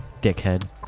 dickhead